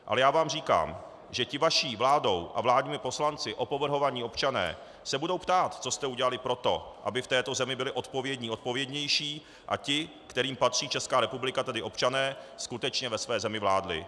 Ale já vám říkám, že ti vaší vládou a vládními poslanci opovrhovaní občané se budou ptát, co jste udělali pro to, aby v této zemi byli odpovědní odpovědnější a ti, kterým patří Česká republika, tedy občané, skutečně ve své zemi vládli.